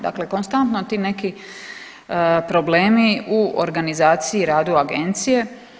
Dakle, konstantno ti neki problemi u organizaciji, radu agencije.